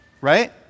right